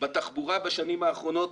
בתחבורה בשנים האחרונות